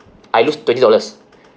I lose twenty dollars